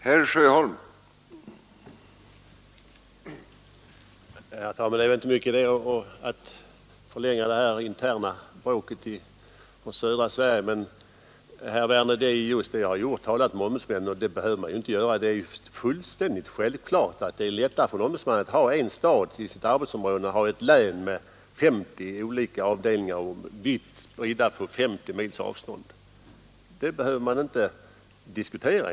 Herr talman! Det är väl inte stor idé att förlänga detta interna bråk från södra Sverige. Jag har, herr Werner, talat med ombudsmän, men det behöver man inte göra. Det är fullständigt självklart att det är lättare för en ombudsman att ha en stad såsom arbetsområde än ett län med 50 olika avdelningar vitt spridda på 50 mils avstånd. Det behöver man inte ens diskutera.